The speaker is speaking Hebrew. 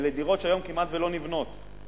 אלה דירות שכמעט שלא נבנות היום,